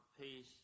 peace